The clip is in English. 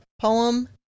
poem